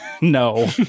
no